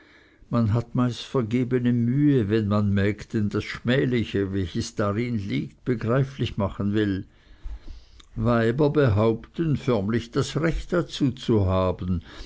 man hat meist vergebene mühe wenn man mägden das schmähliche welches darin liegt begreiflich machen will weiber behaupten förmlich das recht dazu zu haben